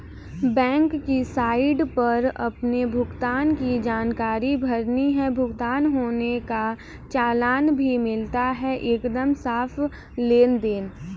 bank की site पर अपने भुगतान की जानकारी भरनी है, भुगतान होने का चालान भी मिलता है एकदम साफ़ लेनदेन